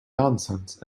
nonsense